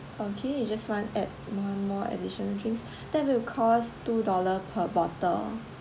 okay you just want add one more additional drinks that will cost two dollar per bottle